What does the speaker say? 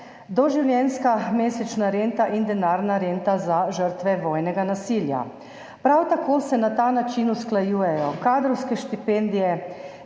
doživljenjska mesečna renta in denarna renta za žrtve vojnega nasilja. Prav tako se na ta način usklajujejo kadrovske štipendije,